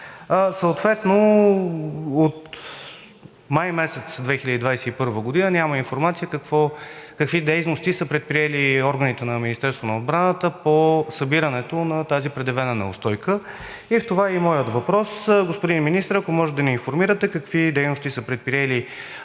Съответно от месец май 2021 г. няма информация какви дейности са предприели органите на Министерството на отбраната по събирането на тази предявена неустойка. В това е и моят въпрос: господин Министър, ако може да ни информирате какви дейности са предприели